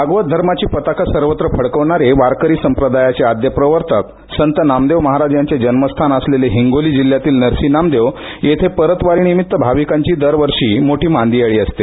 भागवत धर्माची पताका सर्वत्र फडकवणारे वारकरी संप्रदायाचे आद्य प्रवर्तक संत नामदेव महाराज यांचे जन्मस्थान असलेले हिंगोली जिल्ह्यातील नरसी नामदेव येथे परतवारी निमित्त भाविकांची दरवर्षी मोठी मांदियाळी असते